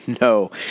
no